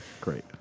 Great